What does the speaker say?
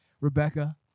Rebecca